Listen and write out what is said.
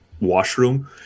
washroom